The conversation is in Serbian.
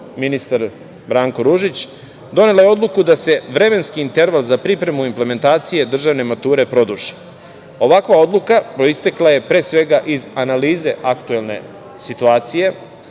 ministar Branko Ružić, donela je odluku da se vremenski interval za pripremu implementacije državne mature produži. Ovakva odluka proistekla je pre svega, iz analize aktuelne situacije